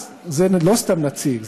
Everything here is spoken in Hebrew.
זה לא סתם נציג,